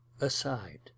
Aside